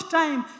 time